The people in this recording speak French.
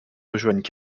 rejoignent